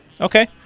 Okay